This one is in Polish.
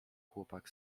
chłopak